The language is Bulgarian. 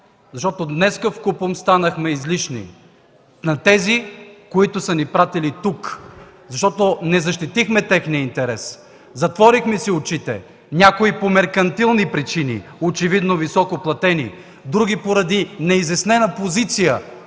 „против”. Днес вкупом станахме излишни на тези, които са ни изпратили тук. Защото не защитихме техния интерес, затворихме си очите – някои по меркантилни причини, очевидно високоплатени, а други – поради неизяснена позиция,